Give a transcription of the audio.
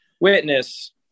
witness